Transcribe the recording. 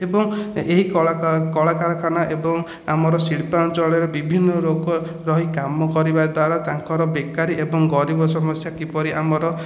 ଏବଂ ଏହି କଳ କଳକାରଖାନା ଏବଂ ଆମର ଶିଳ୍ପାଞ୍ଚଳରେ ବିଭିନ୍ନ ଲୋକ ରହି କାମ କରିବାଦ୍ୱାରା ତାଙ୍କର ବେକାରୀ ଏବଂ ଗରିବ ସମସ୍ୟା କିପରି ଆମର